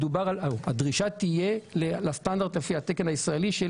הדרישה תהיה לסטנדרט לפי התקן הישראלי של